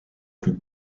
plus